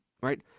Right